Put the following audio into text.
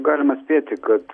galima spėt kad